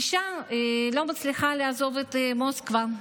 האישה לא מצליחה לעזוב את מוסקבה.